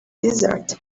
desert